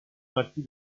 martí